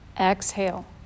exhale